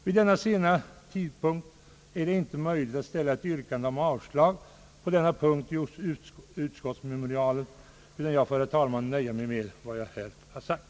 Vid denna sena tidpunkt är det inte möjligt att ställa ett yrkande om avslag på denna punkt i utskottsmemorialet, utan jag får, herr talman, nöja mig med vad jag här har anfört.